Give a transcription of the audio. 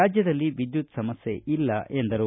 ರಾಜ್ಯದಲ್ಲಿ ವಿದ್ಯುತ್ ಸಮಸ್ಕೆ ಇಲ್ಲ ಎಂದರು